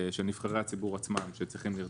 של נבחרי הציבור עצמם שצריכים לרצות,